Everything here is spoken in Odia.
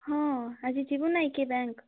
ହଁ ଆଜି ଯିବୁ ନାଇଁ କି ବ୍ୟାଙ୍କ